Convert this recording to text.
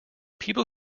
people